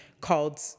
called